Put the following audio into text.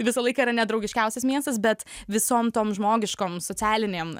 visą laiką yra nedraugiškiausias miestas bet visom tom žmogiškom socialinėm